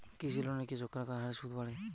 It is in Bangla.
কৃষি লোনের কি চক্রাকার হারে সুদ বাড়ে?